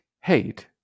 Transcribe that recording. hate